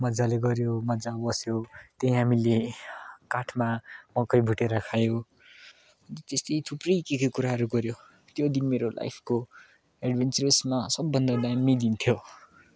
मज्जाले गऱ्यो मज्जा बस्यो त्यहाँ हामीले काठमा मकै भुटेर खायो त्यस्तै थुप्रै के के कुराहरू गऱ्यो त्यो दिन मेरो लाइफको इडभेन्चेरेसमा सबभन्दा दामी दिन थियो